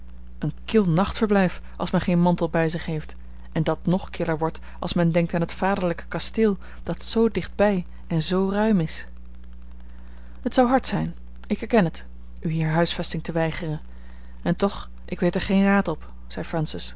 een kil nachtverblijf als men geen mantel bij zich heeft en dat nog killer wordt als men denkt aan het vaderlijke kasteel dat zoo dicht bij en zoo ruim is het zou hard zijn ik erken het u hier huisvesting te weigeren en toch ik weet er geen raad op zei francis